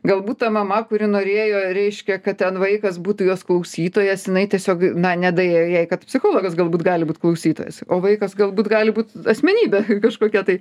galbūt ta mama kuri norėjo reiškia kad ten vaikas būtų jos klausytojas jinai tiesiog na nedaėjo jai kad psichologas galbūt gali būt klausytojas o vaikas galbūt gali būt asmenybė kažkokia tai